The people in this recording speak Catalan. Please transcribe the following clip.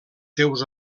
seus